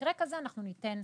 במקרה כזה אנחנו ניתן התראה.